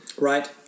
Right